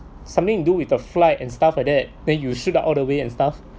something to do with a flight and stuff like that then you shoot up all the way and stuff